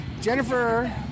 Jennifer